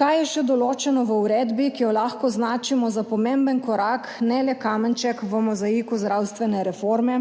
Kaj je še določeno v uredbi, ki jo lahko označimo za pomemben korak, ne le kamenček v mozaiku zdravstvene reforme?